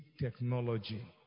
technology